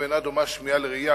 אינה דומה שמיעה לראייה,